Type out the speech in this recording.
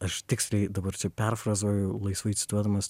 aš tiksliai dabar čia perfrazuoju laisvai cituodamas